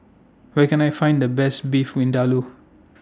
Where Can I Find The Best Beef Vindaloo